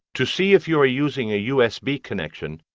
to see if you are using a usb connection,